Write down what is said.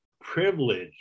privilege